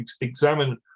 examine